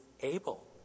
able